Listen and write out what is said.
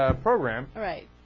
ah program right